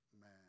Man